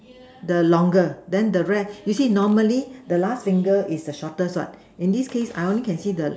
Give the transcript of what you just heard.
the longer then the rest you see normally the last finger is the shortest what in this case I only can see the